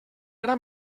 ara